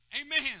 Amen